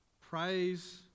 Praise